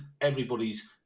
Everybody's